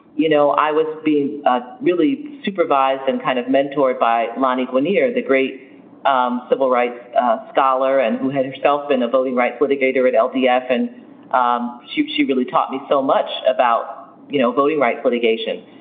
you know i was being ah really supervised and kind of mentored by lani guinier, the great um civil rights scholar and who had herself been a voting rights litigator at ldf. and um she she really taught me so much about you know voting rights litigation.